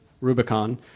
Rubicon